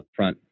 upfront